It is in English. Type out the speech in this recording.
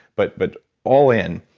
but but all in.